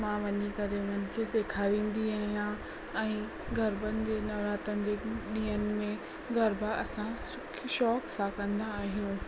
मां वञी करे उन्हनि खे सेखारींदी आहियां ऐं गरबनि जे इन नवरात्रनि जे ॾींहंनि में गरबा असां स शौक़ु सां कंदा आहियूं